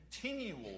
continual